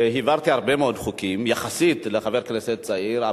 העברתי הרבה מאוד חוקים יחסית לחבר כנסת צעיר,